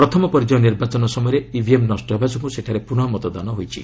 ପ୍ରଥମ ପର୍ଯ୍ୟାୟ ନିର୍ବାଚନ ସମୟରେ ଇଭିଏମ୍ ନଷ୍ଟ ହେବା ଯୋଗୁଁ ସେଠାରେ ପୁନଃ ମତଦାନ ହୋଇଛି